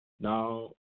Now